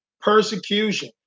persecution